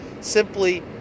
simply